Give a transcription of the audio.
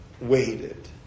waited